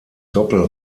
doppel